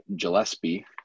Gillespie